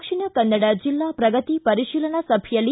ದಕ್ಷಿಣ ಕನ್ನಡ ಜಿಲ್ಲಾ ಪ್ರಗತಿ ಪರಿಶೀಲನಾ ಸಭೆಯಲ್ಲಿ